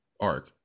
arc